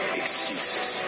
excuses